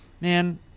man